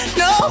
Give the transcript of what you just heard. no